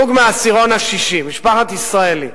זוג מהעשירון השישי, משפחת ישראלי.